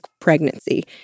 pregnancy